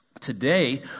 Today